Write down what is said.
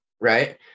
right